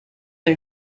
hij